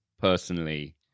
personally